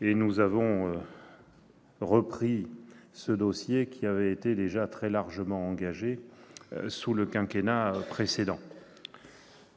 nous avons repris ce dossier qui avait été déjà très largement engagé sous le quinquennat précédent.